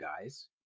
guys